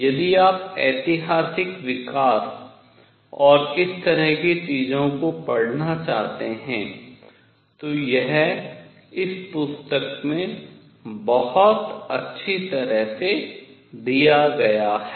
यदि आप ऐतिहासिक विकास और इस तरह की चीजों को पढ़ना चाहते हैं तो यह इस पुस्तक में बहुत अच्छी तरह से दिया गया है